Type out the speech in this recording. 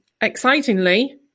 Excitingly